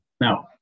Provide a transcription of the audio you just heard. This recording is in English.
Now